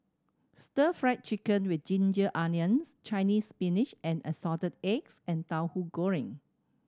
Stir Fry Chicken with ginger onions Chinese Spinach and Assorted Eggs and Tauhu Goreng